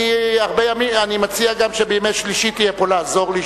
אני גם מציע שבימי שלישי תהיה פה לעזור לי,